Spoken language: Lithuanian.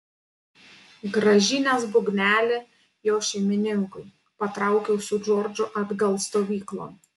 grąžinęs būgnelį jo šeimininkui patraukiau su džordžu atgal stovyklon